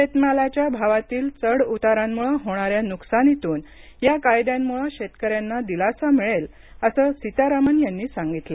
शेतमालाच्या भावातील चढउतारांम्ळे होणाऱ्या न्कसानीतून या कायद्यांम्ळे शेतकऱ्यांना दिलासा मिळेल असं सीतारामन यांनी सांगितलं